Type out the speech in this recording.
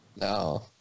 No